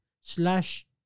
slash